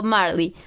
Marley